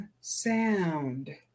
sound